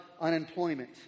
unemployment